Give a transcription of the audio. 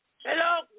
Hello